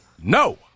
No